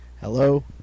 Hello